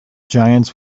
giants